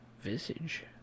visage